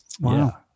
Wow